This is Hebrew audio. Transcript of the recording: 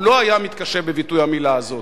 הוא לא היה מתקשה בביטוי המלה הזאת.